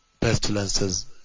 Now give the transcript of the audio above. pestilences